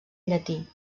llatí